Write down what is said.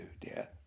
dear